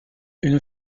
une